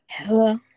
Hello